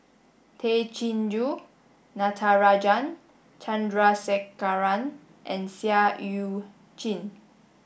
Tay Chin Joo Natarajan Chandrasekaran and Seah Eu Chin